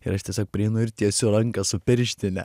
ir aš tiesiog prieinu ir tiesiu ranką su pirštine